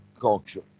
culture